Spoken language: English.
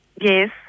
Yes